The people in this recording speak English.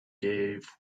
gave